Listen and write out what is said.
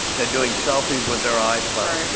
they're doing selfies with their iphones